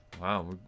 Wow